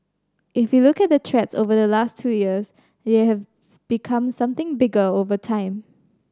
if you look at the threats over the last two years they have become something bigger over time